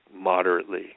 moderately